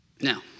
Now